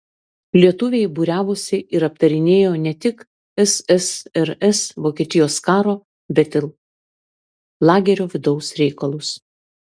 lietuviai būriavosi ir aptarinėjo ne tik ssrs vokietijos karo bet ir lagerio vidaus reikalus